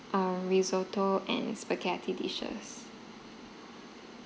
our risotto and spaghetti dishes